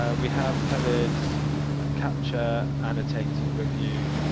ah we have covered capture, annotate, review.